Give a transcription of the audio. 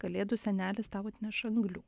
kalėdų senelis tau atneš anglių